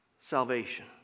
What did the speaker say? salvation